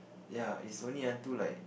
ya it's only until like